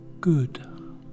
good